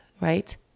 right